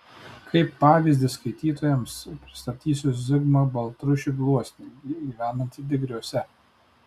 kaip pavyzdį skaitytojams pristatysiu zigmą baltrušį gluosnį gyvenantį digriuose